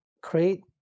create